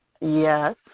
Yes